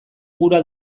gura